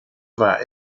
war